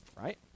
Right